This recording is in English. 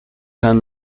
and